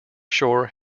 shore